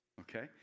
okay